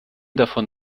davon